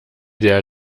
der